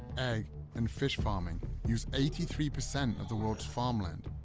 egg and fish farming use eighty three percent of the world's farmland,